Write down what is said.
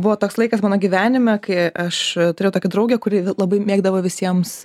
buvo toks laikas mano gyvenime kai aš turėjau tokią draugę kuri labai mėgdavo visiems